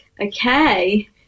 Okay